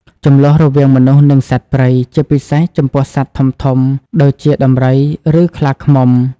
ជម្លោះរវាងមនុស្ស និងសត្វព្រៃ ជាពិសេសចំពោះសត្វធំៗដូចជាដំរី ឬខ្លាឃ្មុំ។